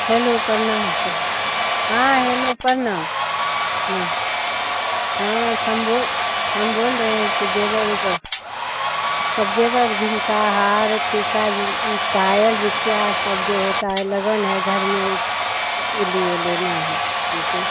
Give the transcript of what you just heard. hello प्रणाम sir हाँ hello प्रणाम हाँ हम बोल हाँ हम बोल रहे हैं जैसे जेवर उवर सब जेवर झुमका हार टीका झु पायल बिछिया सब जो होता है लगन है घर में उसके लिए लेना है हमको